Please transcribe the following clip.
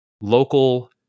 local